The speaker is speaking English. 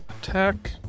attack